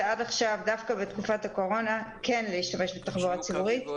עד עכשיו דווקא בתקופת הקורונה כן להשתמש בתחבורה ציבורית.